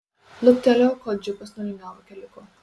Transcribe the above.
luktelėjau kol džipas nulingavo keliuku